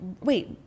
wait